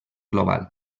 global